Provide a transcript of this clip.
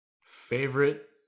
Favorite